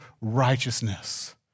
righteousness